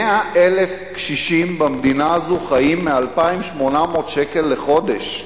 100,000 קשישים במדינה הזאת חיים מ-2,800 שקל לחודש,